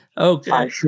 Okay